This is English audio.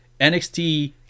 NXT